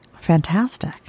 Fantastic